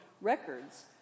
records